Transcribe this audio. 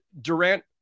Durant